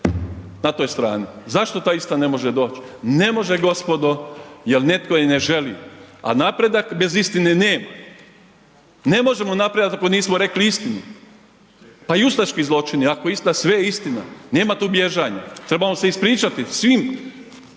na toj strani. Zašto ta ista ne može doći? Ne može, gospodo, jer netko i ne želi, a napredak bez istine nema. Ne možemo naprijed ako nismo rekli istinu. Pa i ustaški zločini, .../Govornik se ne razumije./... sve je istina, nema tu bježanja. Trebamo se ispričati svim.